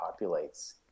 populates